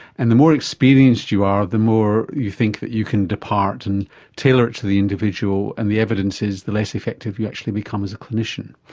and the more experienced you are, the more you think that you can depart and tailor it to the individual, and the evidence is the less effective you actually become as a clinician.